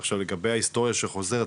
עכשיו לגבי ההיסטוריה שחוזרת,